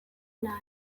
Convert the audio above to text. nabi